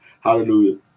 hallelujah